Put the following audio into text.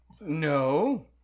No